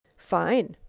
fine!